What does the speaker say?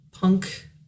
punk